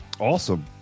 Awesome